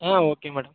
okay madam